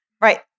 right